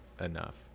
enough